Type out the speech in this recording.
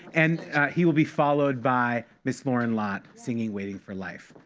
and he will be followed by miss loren lott singing waiting for life.